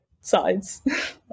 sides